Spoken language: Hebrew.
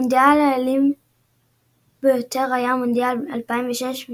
המונדיאל האלים ביותר היה מונדיאל 2006,